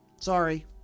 Sorry